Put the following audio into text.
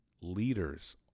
leaders